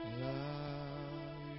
love